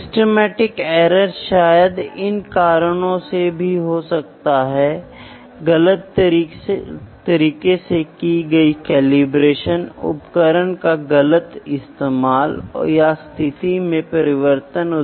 त्रुटि का अर्थ है मूल का मानक से किसी भी डेविएशन को त्रुटि कहा जाता है और जब आप त्रुटि डेटा को देखना शुरू करते हैं तो आप कई जानकारी खोजने की कोशिश कर सकते हैं